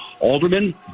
Alderman